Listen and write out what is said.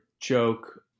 joke